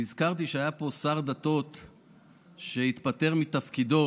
נזכרתי שהיה פה שר דתות שהתפטר מתפקידו